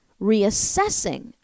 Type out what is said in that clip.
reassessing